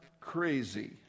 crazy